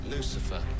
Lucifer